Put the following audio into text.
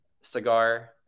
cigar